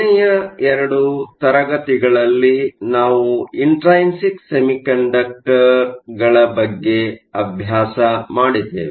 ಕೊನೆಯ ಎರಡು ತರಗತಿಗಳಲ್ಲಿ ನಾವು ಇಂಟ್ರೈನ್ಸಿಕ್ ಸೆಮಿಕಂಡಕ್ಟರ್ ಗಳ ಬಗ್ಗೆ ಅಭ್ಯಸ ಮಾಡಿದ್ದೇವೆ